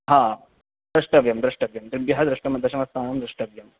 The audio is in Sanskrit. हा द्रष्टव्यं द्रष्टव्यं त्रिग्भ्यः दशमस्थानं द्रष्टव्यम्